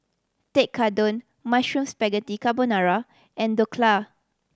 Tekkadon Mushroom Spaghetti Carbonara and Dhokla